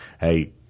Hey